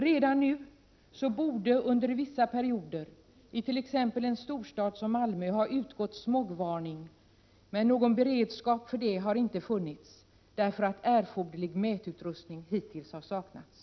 Redan nu borde under vissa perioder i t.ex. en storstad som Malmö ha utgått smogvarning, men någon beredskap för detta har inte funnits, därför att erforderlig mätutrustning hittills har saknats.